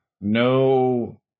No